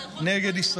אתה יכול לקרב את הרמקול?